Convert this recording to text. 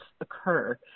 occur